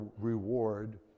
reward